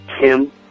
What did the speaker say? Kim